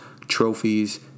trophies